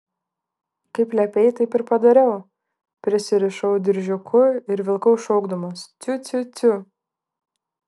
kaip liepei taip ir padariau prisirišau diržiuku ir vilkau šaukdamas ciu ciu ciu